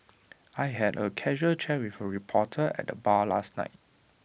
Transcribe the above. I had A casual chat with A reporter at the bar last night